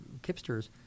Kipsters